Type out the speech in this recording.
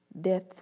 Death